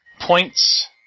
points